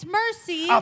mercy